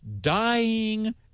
dying